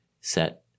set